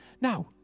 Now